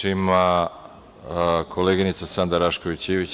Reč ima koleginica Sanda Rašković Ivić.